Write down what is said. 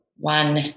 one